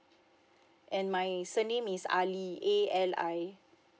and my surname is ali A L I